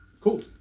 Cool